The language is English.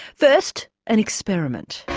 first an experiment.